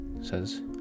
says